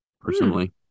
personally